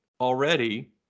already